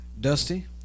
Dusty